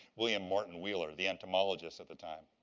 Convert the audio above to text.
william morton wheeler, the entomologist at the time.